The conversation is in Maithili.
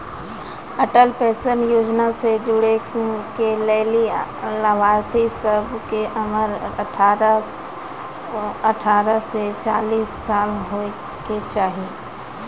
अटल पेंशन योजना से जुड़ै के लेली लाभार्थी सभ के उमर अठारह से चालीस साल होय के चाहि